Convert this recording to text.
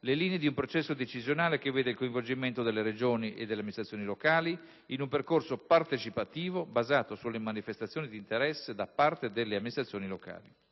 le linee di un processo decisionale che vede il coinvolgimento delle Regioni e delle amministrazioni locali, in un percorso partecipativo basato sulle manifestazioni di interesse da parte delle amministrazioni locali.